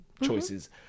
choices